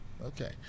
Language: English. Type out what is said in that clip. Okay